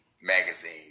magazine